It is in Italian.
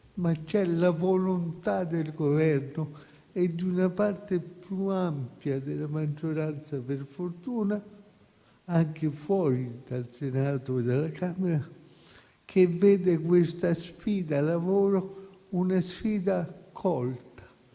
c'è la volontà del Governo e di una parte più ampia della maggioranza (per fortuna), anche fuori dal Senato e dalla Camera, che vede questa sfida lavoro come una sfida colta